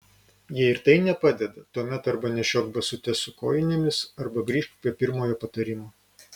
jei ir tai nepadeda tuomet arba nešiok basutes su kojinėmis arba grįžk prie pirmojo patarimo